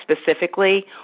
specifically